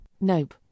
Nope